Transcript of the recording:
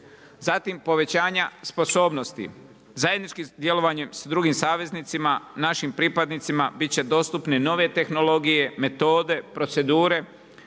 Zatim povećanja sposobnosti zajedničkim djelovanjem sa drugim saveznicima, našim pripadnicima bit će dostupne nove tehnologije, metode, procedure,